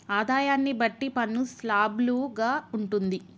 ఆదాయాన్ని బట్టి పన్ను స్లాబులు గా ఉంటుంది